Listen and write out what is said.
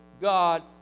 God